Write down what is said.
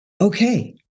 okay